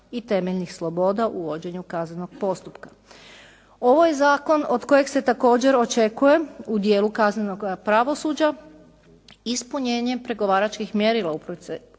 i temeljnih sloboda u vođenju kaznenog postupka. Ovo je zakon od kojeg se također očekuje u dijelu kaznenog pravosuđa ispunjenje pregovaračkih mjerila u